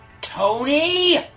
Tony